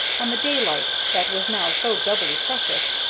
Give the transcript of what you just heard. on the daylight that was now so doubly precious,